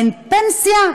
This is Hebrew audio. אין פנסיה,